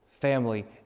family